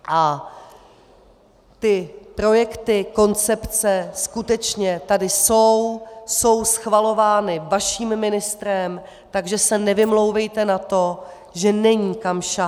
A ty projekty, koncepce skutečně tady jsou, jsou schvalovány vaším ministrem, takže se nevymlouvejte na to, že není kam sahat.